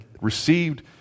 received